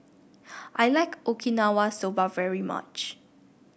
I like Okinawa Soba very much